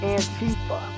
Antifa